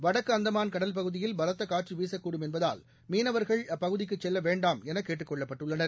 வடக்குஅந்தமான் கடல் பகுதியில் பலத்தகாற்றுவீசக்கூடும் என்பதால் மீனவர்கள் அப்பகுதிக்குசெல்லவேண்டாம் எனகேட்டுக்கொள்ளப்பட்டுளள்னர்